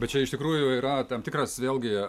bet čia iš tikrųjų yra tam tikras vėlgi